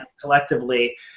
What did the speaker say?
collectively